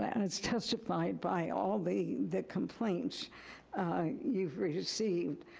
as testified by all the the complaints you've received.